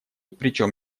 причем